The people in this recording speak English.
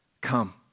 come